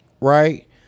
Right